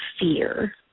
fear